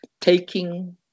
taking